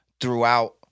throughout